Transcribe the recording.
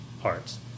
parts